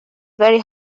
very